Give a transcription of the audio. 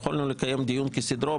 ויכולנו לקיים דיון כסדרו,